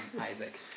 Isaac